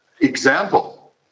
example